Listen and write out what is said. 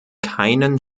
keinen